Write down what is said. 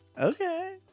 Okay